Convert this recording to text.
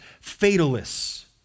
fatalists